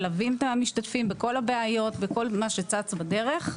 מלווים את המשתתפים בכל הבעיות, בכל מה שצץ בדרך.